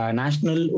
national